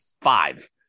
five